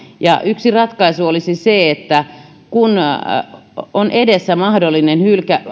yksi ratkaisu olisi se että kun on edessä mahdollinen